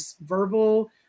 verbal